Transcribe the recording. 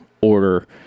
order